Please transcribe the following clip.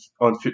on